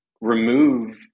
remove